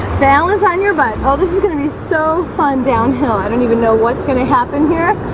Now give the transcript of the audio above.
bala's on your butt. oh, this is gonna be so fun downhill. i don't even know what's gonna happen here